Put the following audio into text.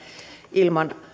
ilman